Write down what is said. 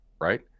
right